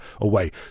away